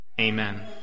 Amen